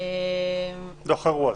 דוח אירוע.